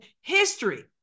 history